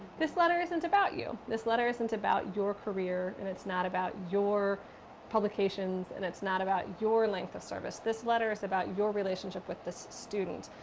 this letter isn't about you. this letter isn't about your career, and it's not about your publications, and it's not about your length of service. this letter is about your relationship with this student.